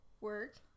Work